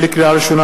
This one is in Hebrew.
לקריאה ראשונה,